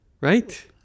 Right